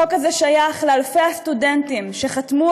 החוק הזה שייך לאלפי הסטודנטים שחתמו